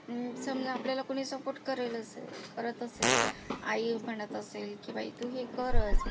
समजा आपल्याला कुणी सपोर्ट करेलच करत असेल आई म्हणत असेल की बाई तू हे करच